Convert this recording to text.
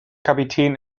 kapitän